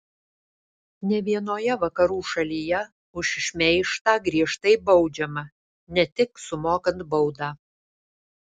ne vienoje vakarų šalyje už šmeižtą griežtai baudžiama ne tik sumokant baudą